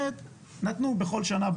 שנתנו בכל שנה,